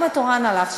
גם התורן הלך,